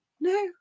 No